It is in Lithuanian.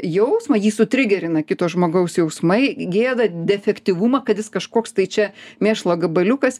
jausmą jį sutrigerina kito žmogaus jausmai gėdą defektyvumą kad jis kažkoks tai čia mėšlo gabaliukas